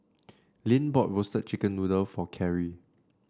Lynn bought Roasted Chicken Noodle for Carri